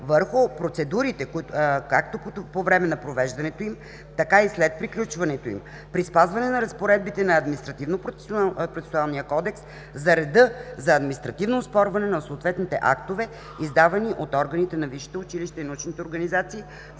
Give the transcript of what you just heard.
върху процедурите както по време на провеждането им, така и след приключването им, при спазване на разпоредбите на Административно-процесуалния кодекс за реда за административно оспорване на съответните актове, издавани от органите на